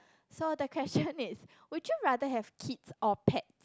so the question is would you rather have kids or pets